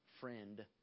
friend